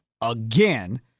again